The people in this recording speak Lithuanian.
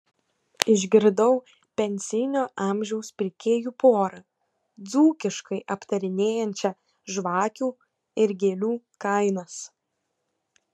išgirdau pensinio amžiaus pirkėjų porą dzūkiškai aptarinėjančią žvakių ir gėlių kainas